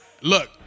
look